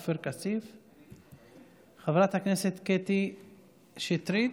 חברת הכנסת קטי שטרית,